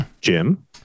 Jim